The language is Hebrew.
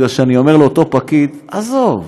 כי אני אומר לאותו פקיד: עזוב,